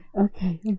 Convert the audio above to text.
okay